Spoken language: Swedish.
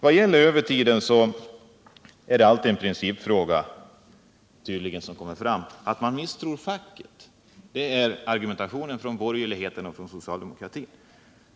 Vad gäller övertiden, så är det tydligen alltid en principfråga som kommer fram: man misstror facket. Det är argumentationen från borgerligheten och från socialdemokratin.